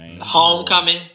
Homecoming